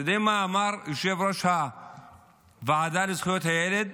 אתם יודעים מה אמר יושב-ראש הוועדה לזכויות הילד?